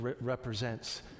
represents